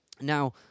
Now